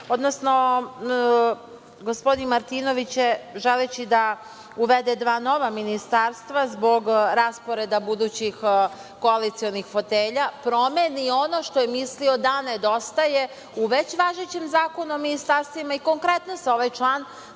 odnosno gospodin Martinović je želeći da uvede dva nova ministarstva zbog rasporeda budućih koalicionih fotelja, promeni ono što je mislio da nedostaje u već važećem Zakonu o ministarstvima i konkretno se ovaj član,